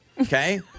okay